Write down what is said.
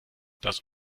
das